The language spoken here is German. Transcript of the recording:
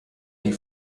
die